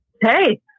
hey